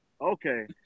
okay